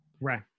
Right